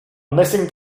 missing